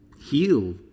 heal